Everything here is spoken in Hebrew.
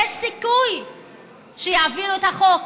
יש סיכוי שיעבירו את החוק,